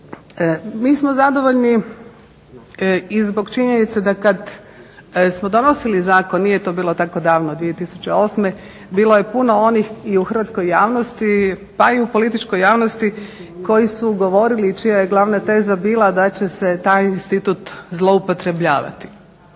Mi smo zadovoljni i zbog činjenice da kada smo donosili zakon, nije to bilo tako davno 2008. bilo je puno onih i u hrvatskoj javnosti pa i u političkoj javnosti koji su govorili i čija je glavna teza bila da će se taj institut zloupotrjebljavati.